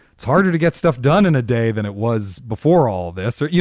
it's harder to get stuff done in a day than it was before all this or, you